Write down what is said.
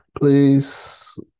Please